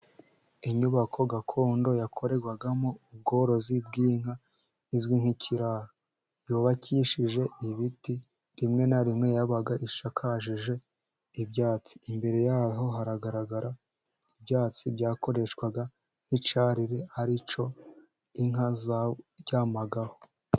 Inyubako gakondo yakorerwagamo ubworozi bw'inka, izwi nk'ikiraro, yubakishije ibit,i rimwe na rimwe yabaga ishakakaje ibyatsi, imbere yaho hagaragara ibyatsi byakoreshwaga nk'icyarire, ari cyo inka zaryamagaho.